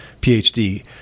phd